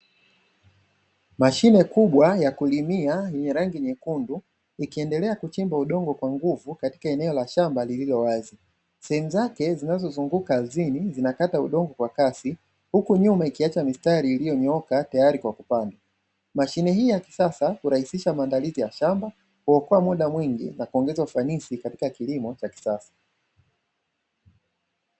Mashine kubwa ya kulimia yenye rangi nyekundu, ikiendelea kuchimba udongo kwa nguvu katika eneo la shamba lililowazi. Sehemu zake zinazozunguka ardhini zinakata udongo kwa kasi huku nyuma ikiacha mistari iliyonyooka tayari kwa kupandwa. Mashine hii ya kisasa hurahisisha maandalizi ya shamba, huokoa muda mwingi na kuongeza ufanisi katika kilimo cha kisasa.